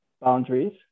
boundaries